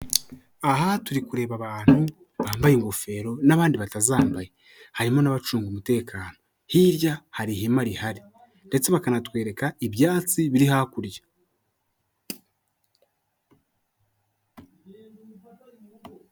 Aha turi kureba abantu bambaye ingofero n'abandi batazambaye, harimo n'abacunga umutekano. Hirya hari ihema rihari ndetse bakanatwereka ibyatsi biri hakurya.